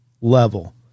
level